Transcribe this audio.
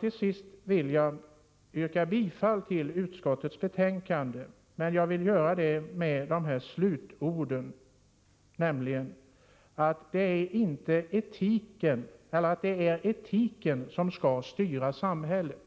Till sist vill jag yrka bifall till utskottets hemställan med följande slutord: Det är etiken som skall styra samhället